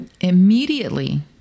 Immediately